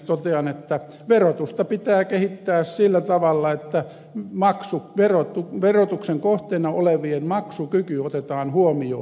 totean että verotusta pitää kehittää sillä tavalla että verotuksen kohteena olevien maksukyky otetaan huomioon